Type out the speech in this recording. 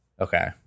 Okay